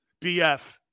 BF